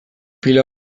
pila